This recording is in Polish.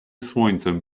słońcem